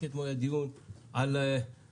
רק אתמול היה דיון על המזון,